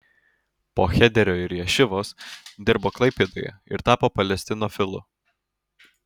po chederio ir ješivos dirbo klaipėdoje ir tapo palestinofilu